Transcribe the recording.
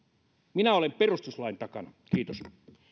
minä olen perustuslain takana kiitos